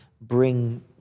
Bring